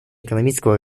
экономического